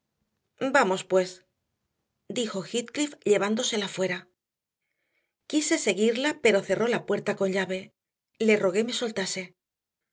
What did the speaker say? vamos pues dijo heathcliff llevándosela fuera quise seguirla pero cerró la puerta con llave le rogué me soltase